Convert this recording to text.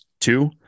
Two